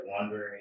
wondering